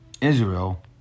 Israel